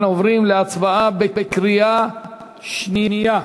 אנחנו עוברים להצבעה בקריאה השנייה.